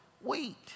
wheat